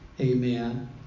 Amen